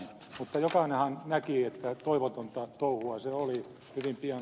mutta jokainenhan näki että toivotonta touhua se oli hyvin pian